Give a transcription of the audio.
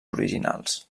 originals